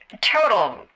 total